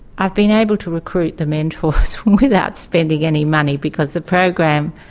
i've been able to recruit the mentors without spending any money, because the program,